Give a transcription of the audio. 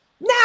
now